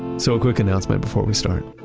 so a quick announcement before we start.